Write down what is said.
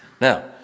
Now